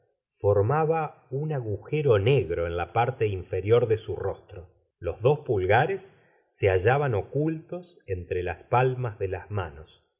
formaba un agujero negro en la parte infe rior de su rostro los dos pulgares se hallaban ocultos entre las palmas de las manos